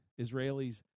Israelis